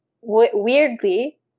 Weirdly